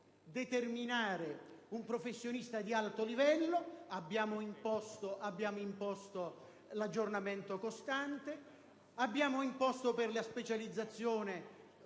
determinare un professionista di alto livello. Abbiamo così imposto l'aggiornamento costante e richiesto per la specializzazione